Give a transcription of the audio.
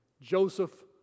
Joseph